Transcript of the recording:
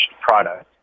product